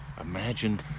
Imagine